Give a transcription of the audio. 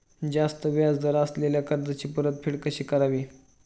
जास्त व्याज दर असलेल्या कर्जाची परतफेड कशी करावी?